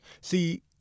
See